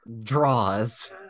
Draws